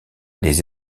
les